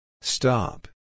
Stop